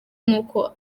nuko